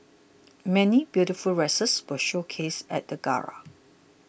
many beautiful dresses were showcased at the gala